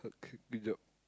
good job